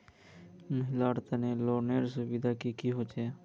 महिलार तने लोनेर सुविधा की की होचे?